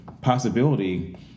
possibility